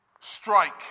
strike